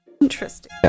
Interesting